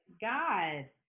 God